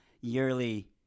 yearly